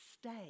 Stay